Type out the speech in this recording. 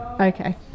okay